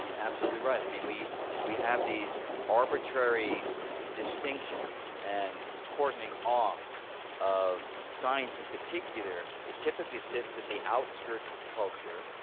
yeah absolutely right. i mean, we we have these arbitrary distinctions and cordoning off of science in particular. it typically sits at the outskirts of culture,